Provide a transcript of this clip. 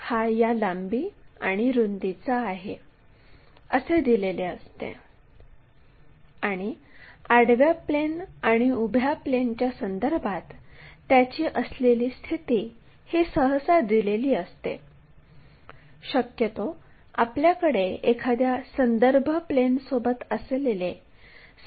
तर आपण हे 3 D दृश्यामध्ये पाहू हे आडवे प्लेन आहे आणि उभ्या प्लेनच्यासमोर 50 मिमी अंतरावर लाईनचा बिंदू c आहे